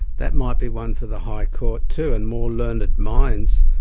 that might be one for the high court too, and more learned minds.